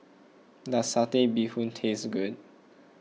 does Satay Bee Hoon taste good